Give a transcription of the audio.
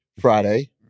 Friday